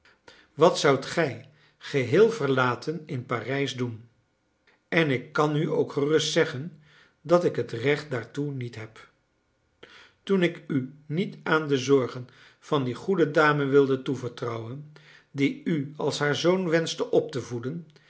wat zoudt gij geheel verlaten in parijs doen en ik kan u ook gerust zeggen dat ik het recht daartoe niet heb toen ik u niet aan de zorg van die goede dame wilde toevertrouwen die u als haar zoon wenschte op te voeden